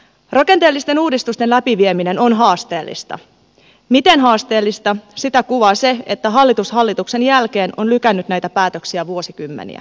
rakenteellisten uudistusten läpivieminen on haasteellista miten haasteellista sitä kuvaa se että hallitus hallituksen jälkeen on lykännyt näitä päätöksiä vuosikymmeniä